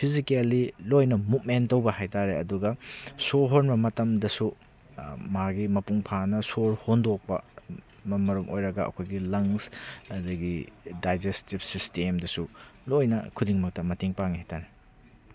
physically ꯂꯣꯏꯅ ꯃꯨꯞꯃꯦꯟ ꯇꯧꯕ ꯍꯥꯏꯇꯔꯦ ꯑꯗꯨꯒ ꯁꯣꯔ ꯍꯣꯟꯕ ꯃꯇꯝꯗꯁꯨ ꯃꯥꯒꯤ ꯃꯄꯨꯡ ꯐꯥꯅ ꯁꯣꯔ ꯍꯣꯟꯗꯣꯛꯄ ꯃꯔꯝ ꯑꯣꯏꯔꯒ ꯑꯩꯈꯣꯏꯒꯤ ꯂꯪꯁ ꯑꯗꯨꯗꯒꯤ ꯗꯥꯏꯖꯦꯁꯇꯤꯞ ꯁꯤꯁꯇꯦꯝꯗꯁꯨ ꯂꯣꯏꯅ ꯈꯨꯗꯤꯡꯃꯛꯇ ꯃꯇꯦꯡ ꯄꯥꯡꯉꯤ ꯍꯥꯏꯇꯔꯦ